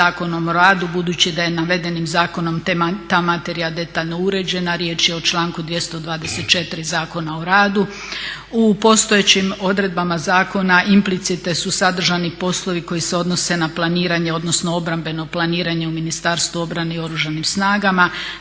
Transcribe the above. U postojećim odredbama zakona implicite su sadržani poslovi koji se odnose na planiranje, odnosno obrambeno planiranje u Ministarstvu obrane i Oružanim snagama,